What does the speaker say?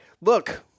look